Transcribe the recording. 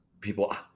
people